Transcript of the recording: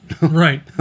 Right